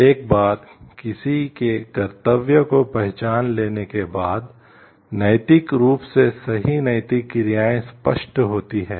एक बार किसी के कर्तव्यों को पहचान लेने के बाद नैतिक रूप से सही नैतिक क्रियाएं स्पष्ट होती हैं